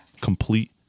complete